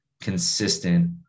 consistent